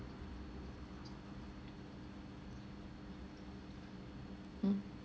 mm